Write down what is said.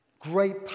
great